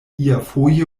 iafoje